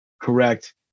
correct